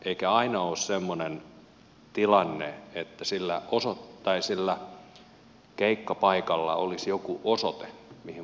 eikä aina ole semmoinen tilanne että sillä keikkapaikalla olisi joku osoite mihin voidaan mennä